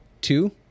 two